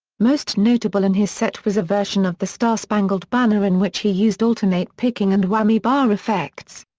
most notable in his set was a version of the star-spangled banner in which he used alternate picking and whammy bar effects.